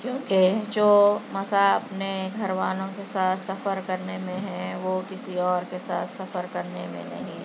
کیونکہ جو مزہ اپنے گھر والوں کے ساتھ سفر کرنے میں ہے وہ کسی اور کے ساتھ سفر کرنے میں نہیں